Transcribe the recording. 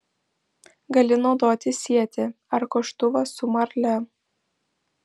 gali naudoti sietį ar koštuvą su marle